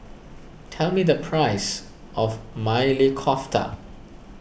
tell me the price of Maili Kofta